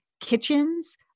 kitchens